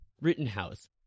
Rittenhouse